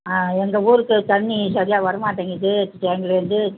ஆ எங்கள் ஊருக்கு தண்ணி சரியாக வரமாட்டேங்குது டேங்கில் இருந்து